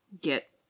get